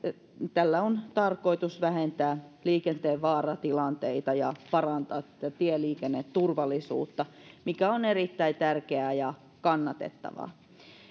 tällä on tarkoitus vähentää liikenteen vaaratilanteita ja parantaa tieliikenneturvallisuutta mikä on erittäin tärkeää ja kannatettavaa